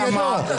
ירים את ידו.